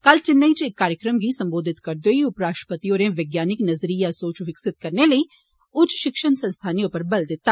कल चनेई च इक कार्यक्रम गी सम्बोधित करदे होई उप राष्ट्रपति होरें वैज्ञानिक नज़रिया सोच विकसित करने लेई उच्च शिक्षा संस्थानें पर बल दिता